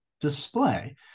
display